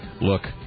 look